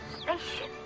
spaceship